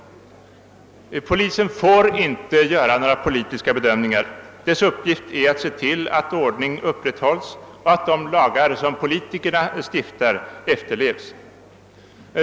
Polisen får inte göra några politiska bedömningar utan har till uppgift att upprätthålla ordningen och se till att de lagar som politikerna stiftar efterleves.